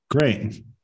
great